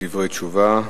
בדברי תשובה.